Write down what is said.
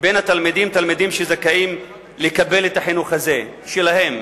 בין התלמידים תלמידים שזכאים לקבל את החינוך הזה שלהם,